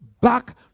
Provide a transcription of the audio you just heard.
back